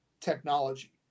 technology